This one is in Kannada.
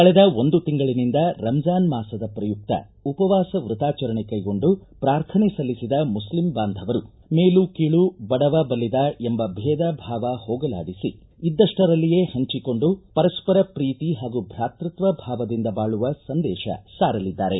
ಕಳೆದ ಒಂದು ತಿಂಗಳನಿಂದ ರಂಜಾನ್ ಮಾಸದ ಪ್ರಯುಕ್ತ ಉಪವಾಸ ವೃತಾಚರಣೆ ಕೈಗೊಂಡು ಪ್ರಾರ್ಥನೆ ಸಲ್ಲಿಸಿದ ಮುಸ್ಲಿಂ ಬಾಂಧವರು ಮೇಲು ಕೇಳು ಬಡವ ಬಲ್ಲಿದ ಎಂಬ ಭೇದ ಭಾವ ಹೋಗಲಾಡಿಸಿ ಇದ್ದಕ್ಷರಲ್ಲಿಯೇ ಪಂಚಿಕೊಂಡು ಪರಸ್ಪರ ಪ್ರೀತಿ ಹಾಗೂ ಭ್ರಾತೃತ್ವ ಭಾವದಿಂದ ಬಾಳುವ ಸಂದೇಶ ಸಾರಲಿದ್ದಾರೆ